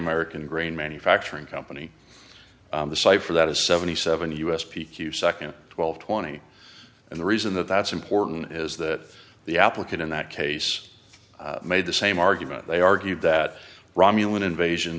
american grain manufacturing company the site for that is seventy seven us p q second twelve twenty and the reason that that's important is that the applicant in that case made the same argument they argued that romulan invasion